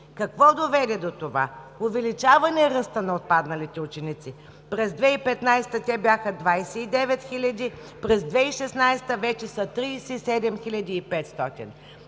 Какво доведе до това? Увеличаване ръста на отпадналите ученици. През 2015 г. те бяха 29 000, през 2016 г. вече са 37 500.